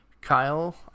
Kyle